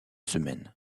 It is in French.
semaine